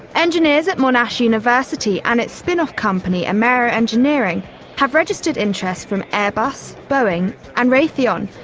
engineers at monash university and its spinoff company amaero engineering have registered interest from airbus, boeing and raytheon,